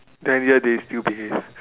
then yet they still behave